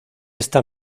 esta